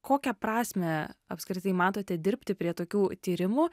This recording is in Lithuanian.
kokią prasmę apskritai matote dirbti prie tokių tyrimų